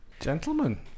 Gentlemen